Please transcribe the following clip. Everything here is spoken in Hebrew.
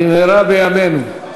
במהרה בימינו.